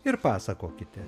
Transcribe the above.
ir pasakokite